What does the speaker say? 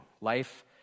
Life